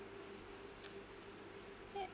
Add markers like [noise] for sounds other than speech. [noise]